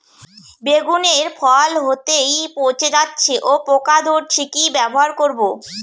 বেগুনের ফল হতেই পচে যাচ্ছে ও পোকা ধরছে কি ব্যবহার করব?